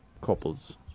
couples